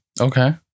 okay